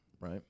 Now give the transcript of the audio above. right